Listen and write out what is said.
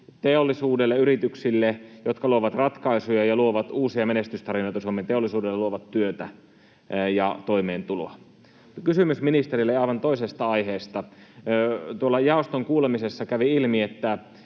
teollisuudelle, yrityksille, jotka luovat ratkaisuja ja luovat uusia menestystarinoita Suomen teollisuudelle, luovat työtä ja toimeentuloa. Kysymys ministerille aivan toisesta aiheesta: Tuolla jaoston kuulemisessa kävi ilmi, että